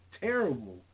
terrible